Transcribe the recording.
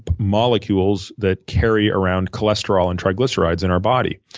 but molecules that carry around cholesterol and triglycerides in our body.